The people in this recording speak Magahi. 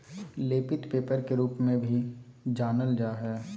लेपित पेपर के रूप में भी जानल जा हइ